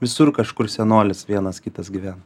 visur kažkur senolis vienas kitas gyvena